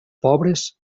pobres